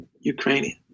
Ukrainian